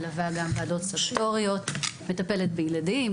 מלווה גם ועדות --- מטפלת בילדים,